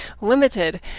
limited